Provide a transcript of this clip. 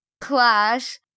Clash